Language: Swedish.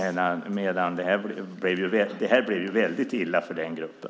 Detta blev väldigt illa för den gruppen.